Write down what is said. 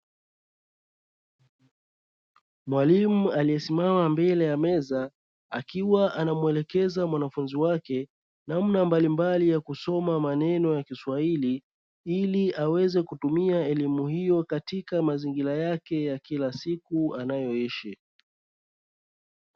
Mwalimu aliyesimama mbele ya meza akiwa anamuelekeza mwanafunzi wake namna mbalimbali ya kusoma maneno ya kiswahili, ili aweze kutumia elimu hiyo katika mazingira yake ya kila siku anayoishi.